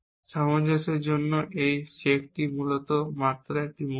সামঞ্জস্যের জন্য এই চেকটি মূলত মাত্র একটি মুহূর্ত